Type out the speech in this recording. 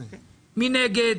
מי נגד?